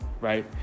right